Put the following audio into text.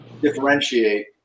differentiate